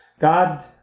God